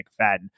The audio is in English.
McFadden